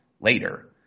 later